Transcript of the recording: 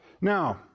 Now